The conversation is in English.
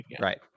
Right